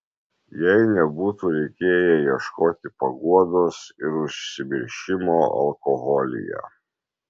jai nebūtų reikėję ieškoti paguodos ir užsimiršimo alkoholyje